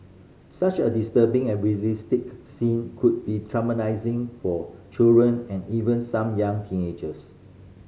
such a disturbing and realistic scene could be traumatising for children and even some young teenagers